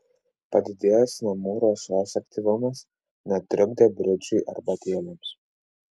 padidėjęs namų ruošos aktyvumas netrukdė bridžui arbatėlėms